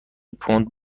پوند